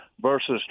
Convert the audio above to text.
versus